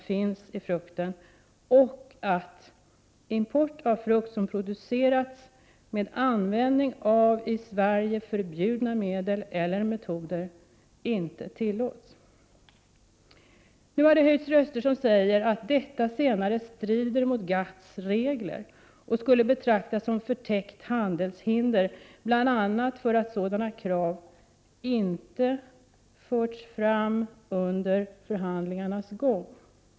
finns i frukten och när det gäller kontroll av att import av frukt som produceras med användning av i Sverige förbjudna medel eller metoder inte tillåts. Nu har röster höjts som säger att detta senare strider mot GATT:s regler och skulle betraktas som förtäckt handelshinder bl.a. därför att sådana krav inte förts fram under förhandlingarnas gång.